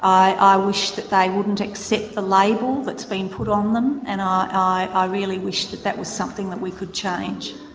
i wish that they wouldn't accept the label that's been put on them and i ah really wish that that was something that we could change.